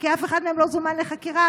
כי אף אחד מהם לא זומן אפילו לחקירה.